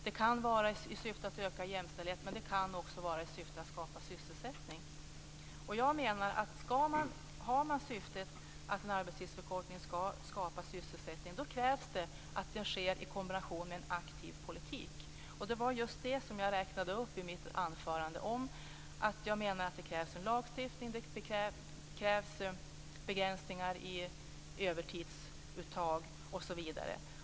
Man kan göra det i syfte att öka jämställdheten, men man kan också göra det i syfte att skapa sysselsättning. Om man har syftet att en arbetstidsförkortning skall skapa sysselsättning krävs det att den sker i kombination med en aktiv politik. Det var just det som jag sade i mitt anförande. Jag menar att det krävs en lagstiftning, begränsningar i övertidsuttag osv.